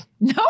No